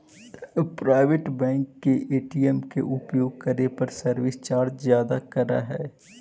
private bank के ATM के उपयोग करे पर सर्विस चार्ज ज्यादा करऽ हइ